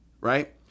right